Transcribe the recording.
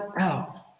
out